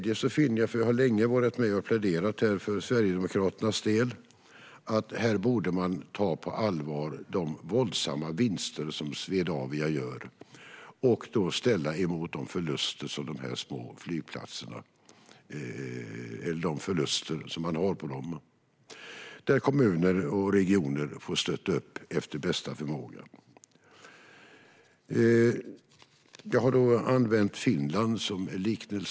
Jag har länge pläderat för detta för Sverigedemokraternas del om att man måste ta de våldsamma vinster som Swedavia gör på allvar och ställa mot de förluster som de små flygplatserna har. Kommuner och regioner får efter bästa förmåga stötta dem. Jag har använt Finland som exempel.